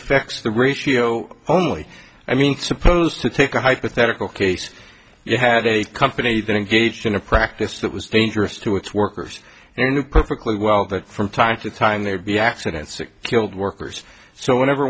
affects the ratio only i mean it's supposed to take a hypothetical case you had a company that engaged in a practice that was dangerous to its workers who knew perfectly well that from time to time they'd be accidents killed workers so whenever